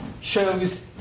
shows